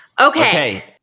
Okay